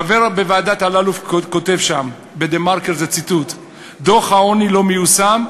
חבר ועדת אלאלוף כותב ב"דה-מרקר" זה ציטוט: "דוח העוני לא מיושם,